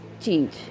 change